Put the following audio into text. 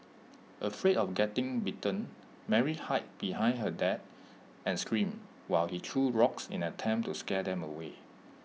afraid of getting bitten Mary hid behind her dad and screamed while he threw rocks in an attempt to scare them away